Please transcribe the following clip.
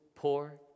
Poor